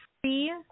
free